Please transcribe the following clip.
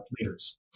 leaders